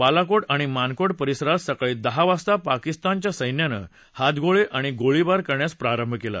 बालाकोट आणि मानकोट परिसरात सकाळी दहा वाजता पाकिस्तानच्या सैन्यानं हातगोळे आणि गोळीबार करण्यास प्रारंभ केला